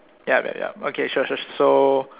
yup yup yup okay sure sure sure so